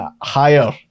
higher